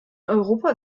europa